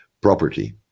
property